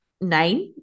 Nine